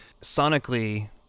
sonically